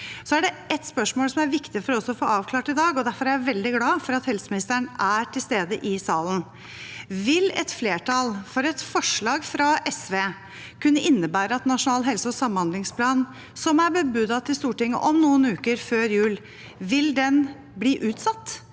det ett spørsmål som er viktig for oss å få avklart i dag, og derfor er jeg veldig glad for at helseministeren er til stede i salen: Vil flertall for et forslag fra SV kunne innebære at Nasjonal helse- og samhandlingsplan, som er bebudet til Stortinget om noen uker, før jul, vil bli utsatt?